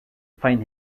find